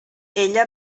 ella